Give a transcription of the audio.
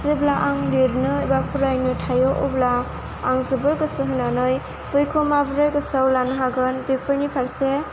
जेब्ला आं लिरनो एबा फरायनो थायो अब्ला आं जोबोर गोसो होनानै बैखौ माब्रै गोसोआव लानो हागोन बेफोरनि फारसे